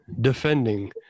defending